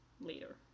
Later